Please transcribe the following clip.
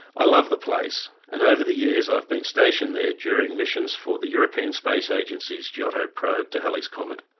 i love the place, and over the years i've been stationed there during missions for the european space agency's giotto probe to halley's comet,